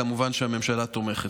כמובן שהממשלה תומכת.